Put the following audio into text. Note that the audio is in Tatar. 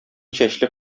чәчле